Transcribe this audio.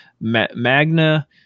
Magna